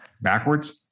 backwards